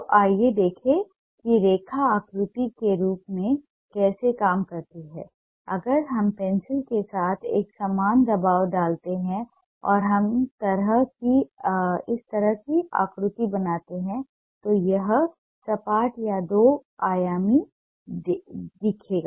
तो आइए देखें कि रेखा आकृति के रूप में कैसे काम करती है अगर हम पेंसिल के साथ एक समान दबाव डालते हैं और इस तरह की आकृति बनाते हैं तो यह सपाट या दो आयामी दिखेगी